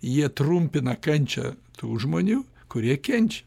jie trumpina kančią tų žmonių kurie kenčia